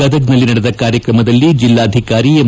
ಗದಗ್ನಲ್ಲಿ ನಡೆದ ಕಾರ್ಯಕ್ರಮದಲ್ಲಿ ಜಿಲ್ಲಾಧಿಕಾರಿ ಎಂ